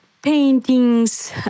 paintings